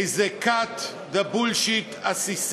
איזה cut the bullshit עסיסי.